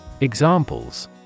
Examples